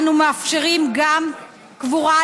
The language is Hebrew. אנו מאפשרים גם קבורה,